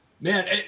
man